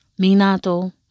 Minato